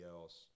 else